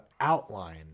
outline